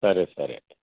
సరే సరే